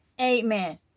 amen